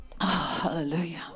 Hallelujah